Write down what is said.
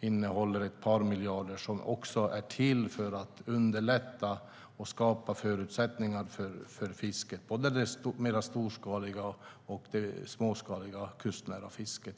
innehåller ett par miljarder som är till för att underlätta och skapa förutsättningar för fiske, både det mer storskaliga och det småskaliga kustnära fisket.